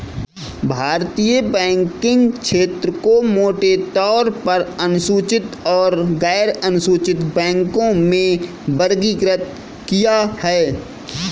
भारतीय बैंकिंग क्षेत्र को मोटे तौर पर अनुसूचित और गैरअनुसूचित बैंकों में वर्गीकृत किया है